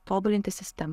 tobulinti sistemą